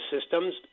systems